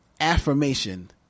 affirmation